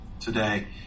today